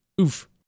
Oof